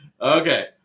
Okay